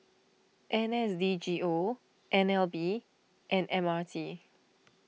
N S D G O N L B and M R T